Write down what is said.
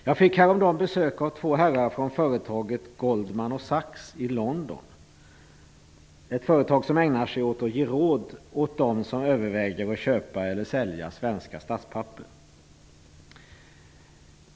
Jag fick häromdagen besök av två herrar från företaget Goldman & Sachs i London, ett företag som ägnar sig åt att ge råd åt dem som överväger att köpa/sälja svenska statspapper.